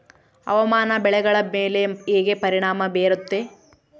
ಹವಾಮಾನ ಬೆಳೆಗಳ ಮೇಲೆ ಹೇಗೆ ಪರಿಣಾಮ ಬೇರುತ್ತೆ?